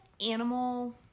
Animal